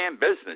business